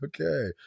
Okay